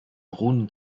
runen